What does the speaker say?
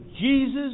Jesus